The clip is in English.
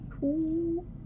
two